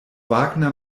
wagner